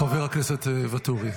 7 באוקטובר.